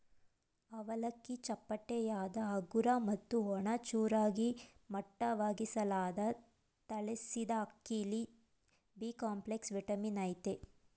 ಅವಲಕ್ಕಿ ಚಪ್ಪಟೆಯಾದ ಹಗುರ ಮತ್ತು ಒಣ ಚೂರಾಗಿ ಮಟ್ಟವಾಗಿಸಲಾದ ತಳಿಸಿದಅಕ್ಕಿಲಿ ಬಿಕಾಂಪ್ಲೆಕ್ಸ್ ವಿಟಮಿನ್ ಅಯ್ತೆ